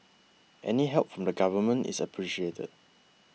any help from the government is appreciated